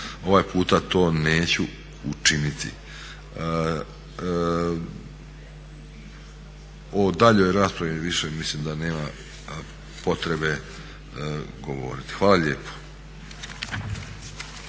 ovaj puta to neću učiniti. O daljnjoj raspravi više mislim da nema potrebe govoriti. Hvala lijepo.